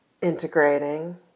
Integrating